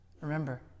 Remember